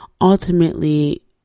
Ultimately